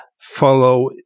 follow